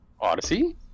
Odyssey